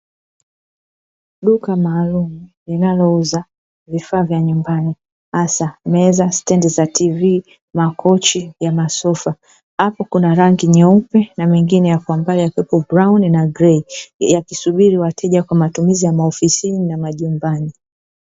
Duka maalumu linalouza vifaa vya nyumbani hasa; meza, stendi za tivi, makochi ya masofa, apo kuna rangi nyeupe na meingine ya kwa mbali ikiwemo brauni na graje yakisubiri wateja kwa matumizi ya maofisini na nyumbani.